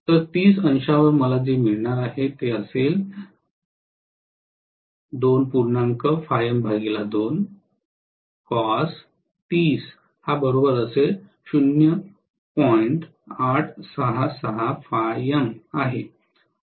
तर ३० अंशांवर मला जे मिळणार आहे ते आहे